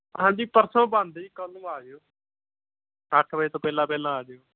ਹਾਂਜੀ ਪਰਸੋਂ ਬੰਦ ਜੀ ਕੱਲ ਨੂੰ ਆਜਿਓ ਅੱਠ ਵਜੇ ਤੋਂ ਪਹਿਲਾਂ ਪਹਿਲਾਂ ਆਜਿਓ